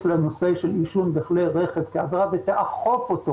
לנושא של עישון בכלי רכב כעבירה ותאכוף את זה.